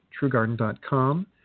truegarden.com